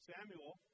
Samuel